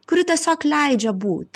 kuri tiesiog leidžia būt